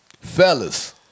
Fellas